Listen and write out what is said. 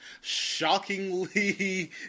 shockingly